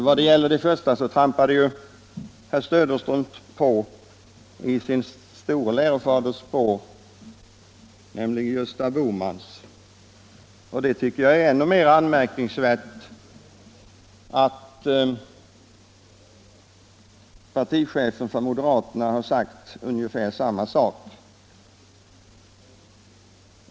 I det förstnämnda avseendet trampade herr Söderström på i sin store lärofaders, Gösta Bohmans, spår. Ännu mer anmärkningsvärt är att moderaternas partiledare sagt ungefär samma sak.